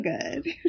good